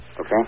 Okay